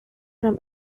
from